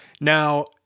Now